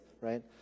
right